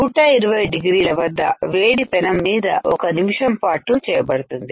120 డిగ్రీలవద్ద వేడి పెనం మీద ఒక నిమిషం పాటు చేయబడుతుంది